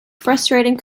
frustrating